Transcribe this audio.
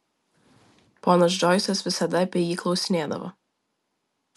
ponas džoisas visada apie jį klausinėdavo